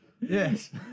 Yes